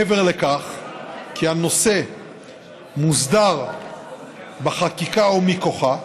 מעבר לכך שהנושא מוסדר בחקיקה או מכוחה,